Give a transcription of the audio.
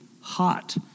hot